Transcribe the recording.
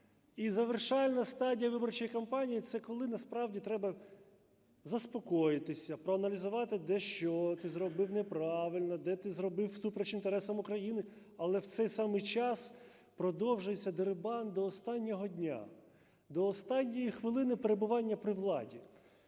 І завершальна стадія виборчої кампанії – це коли насправді треба заспокоїтися, проаналізувати, де що ти зробив неправильно, де ти зробив всупереч інтересам України. Але в цей самий час продовжується дерибан до останнього дня, до останньої хвилини перебування при владі.